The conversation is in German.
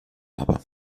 aber